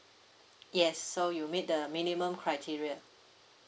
yes so you meet the minimum criteria